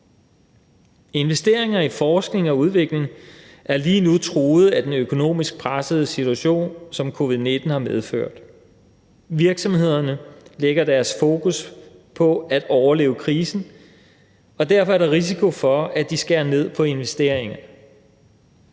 Investeringer i forskning og udvikling er lige nu truet af den økonomisk pressede situation, som covid-19 har medført. Virksomhederne lægger deres fokus på at overleve krisen, og derfor er der risiko for, at de skærer ned på investeringerne.